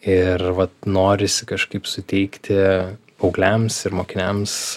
ir vat norisi kažkaip suteikti paaugliams ir mokiniams